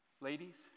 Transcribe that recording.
Ladies